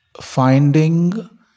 finding